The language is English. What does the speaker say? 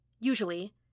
Usually